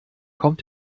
kommt